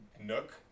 nook